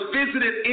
visited